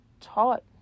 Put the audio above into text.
taught